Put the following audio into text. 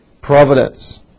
providence